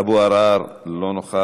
אבו עראר, אינו נוכח,